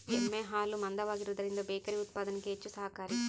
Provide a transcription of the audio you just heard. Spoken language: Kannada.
ಎಮ್ಮೆ ಹಾಲು ಮಂದವಾಗಿರುವದರಿಂದ ಬೇಕರಿ ಉತ್ಪಾದನೆಗೆ ಹೆಚ್ಚು ಸಹಕಾರಿ